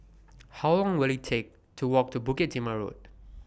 How Long Will IT Take to Walk to Bukit Timah Road